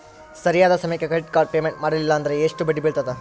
ಸರಿಯಾದ ಸಮಯಕ್ಕೆ credit card payment ಮಾಡಲಿಲ್ಲ ಅಂದ್ರೆ ಎಷ್ಟು ಬಡ್ಡಿ ಬೇಳ್ತದ?